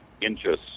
inches